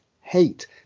hate